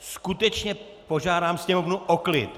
Skutečně požádám sněmovnu o klid.